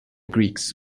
greeks